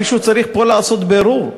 מישהו צריך פה לעשות בירור,